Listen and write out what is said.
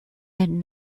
and